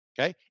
Okay